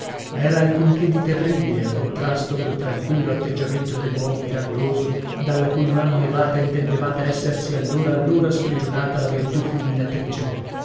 era alcun che di terribile a contrasto col tranquillo atteggiamento dell'uomo miracoloso dalla cui mano levata intendevate essersi allora allora sprigionata la virtù fulminatrice